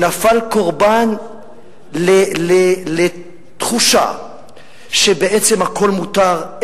שנפל קורבן לתחושה שבעצם הכול מותר,